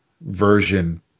version